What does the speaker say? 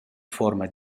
fuorma